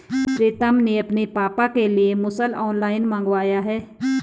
प्रितम ने अपने पापा के लिए मुसल ऑनलाइन मंगवाया है